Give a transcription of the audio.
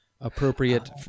appropriate